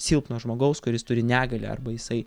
silpno žmogaus kuris turi negalią arba jisai